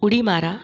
उडी मारा